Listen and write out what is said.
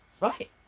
Right